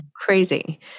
crazy